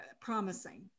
promising